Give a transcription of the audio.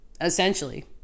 essentially